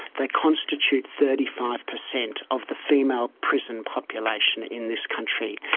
they constitute thirty five percent of the female prison population in this country.